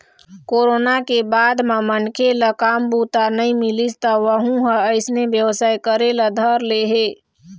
corona के बाद म मनखे ल काम बूता नइ मिलिस त वहूँ ह अइसने बेवसाय करे ल धर ले हे